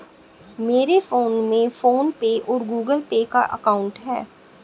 मेरे फोन में PhonePe और गूगल पे का अकाउंट है